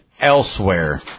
elsewhere